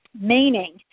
meaning